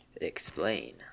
Explain